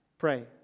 pray